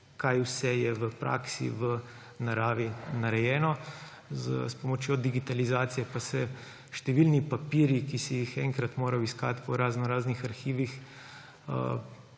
kaj vse je v praksi v naravi narejeno, s pomočjo digitalizacije pa se številni papirji, ki si jih enkrat moral iskati po razno raznih arhivih,